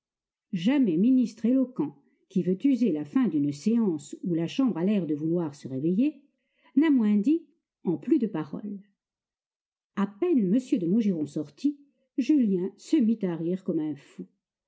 jamais ministre éloquent qui veut user la fin d'une séance où la chambre a l'air de vouloir se réveiller n'a moins dit en plus de paroles a peine m de maugiron sorti julien se mit à rire comme un fou